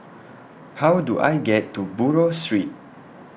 How Do I get to Buroh Street